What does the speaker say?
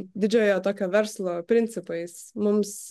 didžiojo tokio verslo principais mums